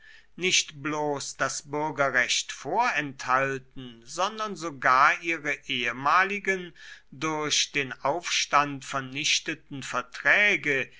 nicht bloß das bürgerrecht vorenthalten sondern sogar ihre ehemaligen durch den aufstand vernichteten verträge